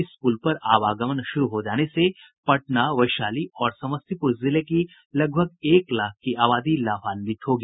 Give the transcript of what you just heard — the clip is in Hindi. इस पुल पर आवागमन शुरू हो जाने से पटना वैशाली और समस्तीपुर जिले की लगभग एक लाख की आबादी लाभान्वित होगी